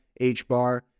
HBAR